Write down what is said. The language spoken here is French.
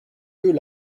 deux